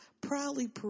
proudly